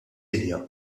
dinja